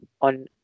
on